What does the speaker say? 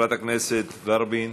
חברת הכנסת ורבין,